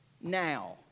now